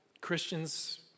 Christians